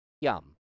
Yum